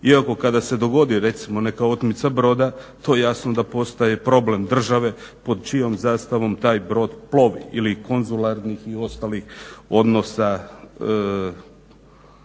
Iako kada se dogodi recimo neka otmica broda to jasno da postaje problem države pod čijom zastavom taj brod plovi ili konzularnih ili ostalih odnosa